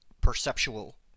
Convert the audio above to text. perceptual